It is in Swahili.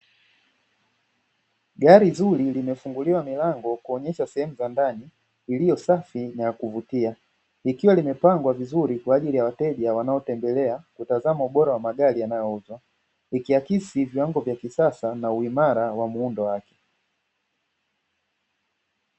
Gari zuri limefunguliwa milango kuonyesha sehemu za ndani iliyo safi na ya kuvutia, likiwa limepangwa vizuri kwa ajili ya wateja wanaotembelea mtazamo bora wa magari yanayouzwa, ikiakisi viwango vya kisasa na uimara wa muundo wake.